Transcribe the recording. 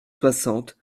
soixante